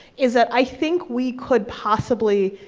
is that i think we could possibly,